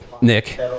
Nick